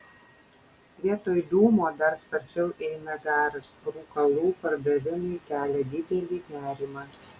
vietoj dūmo dar sparčiau eina garas rūkalų pardavimai kelia didelį nerimą